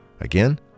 Again